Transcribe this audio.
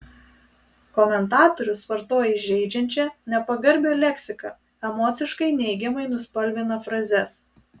komentatorius vartoja įžeidžiančią nepagarbią leksiką emociškai neigiamai nuspalvina frazes